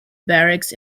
barracks